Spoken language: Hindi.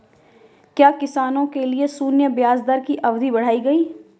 क्या किसानों के लिए शून्य ब्याज दर की अवधि बढ़ाई गई?